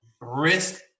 risk